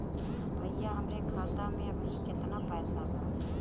भईया हमरे खाता में अबहीं केतना पैसा बा?